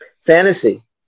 Fantasy